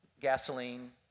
gasoline